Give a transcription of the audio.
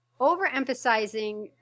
overemphasizing